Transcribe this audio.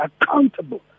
accountable